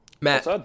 Matt